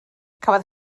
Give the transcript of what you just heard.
cafodd